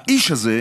האיש הזה,